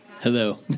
Hello